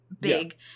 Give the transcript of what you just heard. big